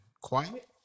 quiet